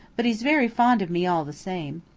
but he's very fond of me all the same.